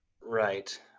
Right